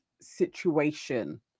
situation